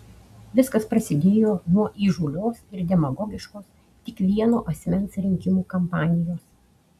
viskas prasidėjo nuo įžūlios ir demagogiškos tik vieno asmens rinkimų kampanijos